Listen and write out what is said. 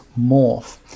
morph